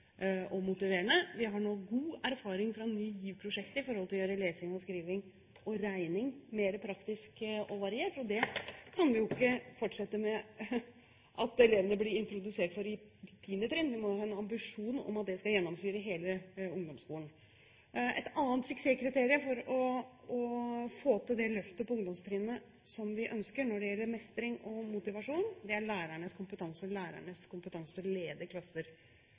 og motiverende. Vi har nå god erfaring fra Ny GIV-prosjektet når det gjelder å gjøre lesing og skriving og regning mer praktisk og variert, men vi kan vi jo ikke la elevene bli introdusert for det på 10. trinn. Vi må ha en ambisjon om at det skal gjennomsyre hele ungdomsskolen. Et annet suksesskriterium for å få til det løftet på ungdomstrinnet som vi ønsker når det gjelder mestring og motivasjon, er lærernes kompetanse og lærernes kompetanse til å lede klasser.